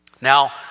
Now